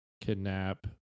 kidnap